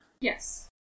Yes